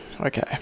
okay